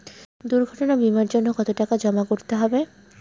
দুর্ঘটনা বিমার জন্য কত টাকা জমা করতে হবে?